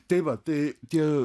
tai va tai tie